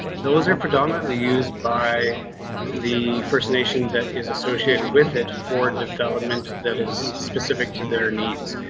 those are predominantly used by the first nation that is associated with it for development that is specific to their needs.